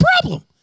problem